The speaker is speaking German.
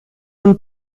und